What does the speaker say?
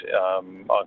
on